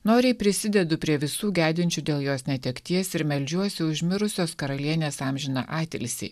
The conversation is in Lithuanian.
noriai prisidedu prie visų gedinčių dėl jos netekties ir meldžiuosi už mirusios karalienės amžiną atilsį